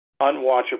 Unwatchable